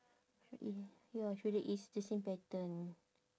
should be ya acually it's the same pattern